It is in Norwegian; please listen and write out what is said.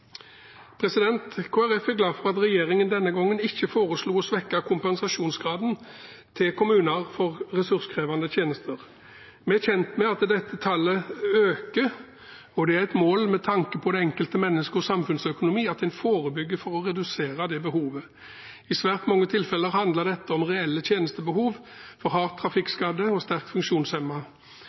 at regjeringen denne gangen ikke foreslo å svekke kompensasjonsgraden til kommuner for ressurskrevende tjenester. Vi er kjent med at dette tallet øker, og det er et mål med tanke på det enkelte mennesket og samfunnsøkonomien at en forebygger og reduserer det behovet. I svært mange tilfeller handler dette om reelle tjenestebehov for hardt trafikkskadde og sterkt